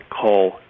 call